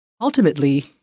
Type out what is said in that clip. Ultimately